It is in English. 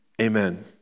amen